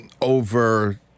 over